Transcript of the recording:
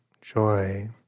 joy